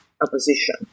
opposition